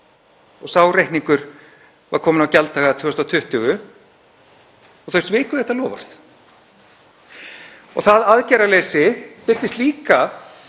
Sá reikningur var kominn á gjalddaga 2020 og þau sviku þetta loforð. Það aðgerðaleysi birtist líka